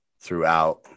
throughout